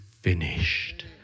finished